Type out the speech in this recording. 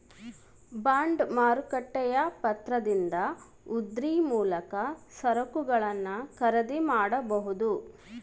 bond ಮಾರುಕಟ್ಟೆಯ ಪತ್ರದಿಂದ ಉದ್ರಿ ಮೂಲಕ ಸರಕುಗಳನ್ನು ಖರೀದಿ ಮಾಡಬೊದು